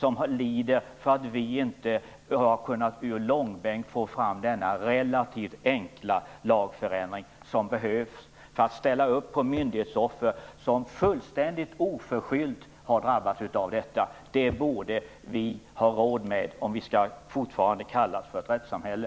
De lider därför att vi inte har kunnat ur långbänk få fram denna relativt enkla lagförändring, som behövs för att ställa upp på myndighetsoffer som fullständigt oförskyllt har drabbats av detta. Det borde vi ha råd med om vi fortfarande skall kallas ett rättssamhälle.